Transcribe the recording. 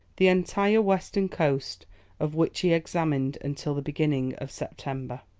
the entire western coast of which he examined until the beginning of september.